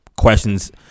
questions